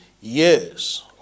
years